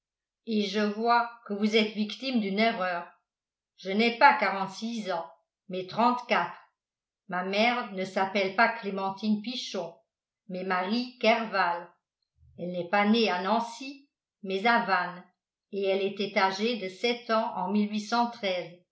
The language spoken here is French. et je vois que vous êtes victime d'une erreur je n'ai pas quarante-six ans mais trentequatre ma mère ne s'appelle pas clémentine pichon mais marie kerval elle n'est pas née à nancy mais à vannes et elle était âgée de sept ans en